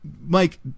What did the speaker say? Mike